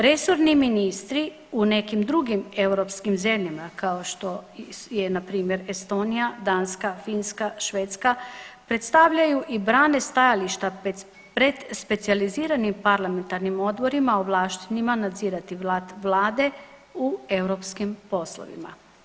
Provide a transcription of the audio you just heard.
Resorni ministri u nekim drugim europskim zemljama kao što je npr. Estonija, Danska, Finska, Švedska predstavljaju i brane stajališta pred specijaliziranim parlamentarnim odborima ovlaštenima nadzirat rad vlade u europskim poslovima.